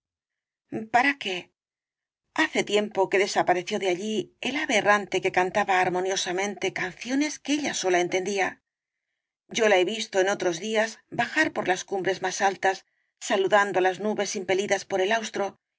para qué hace ya tiempo que desapareció de allí el ave errante que cantaba armoniosamente canciones que ella sola entendía yo la he visto en otros días bajar por las cumbres más altas saludando á las nubes impelidas por el austro